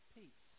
peace